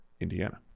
Indiana